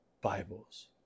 Bibles